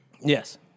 Yes